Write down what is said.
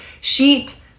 sheet